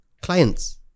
clients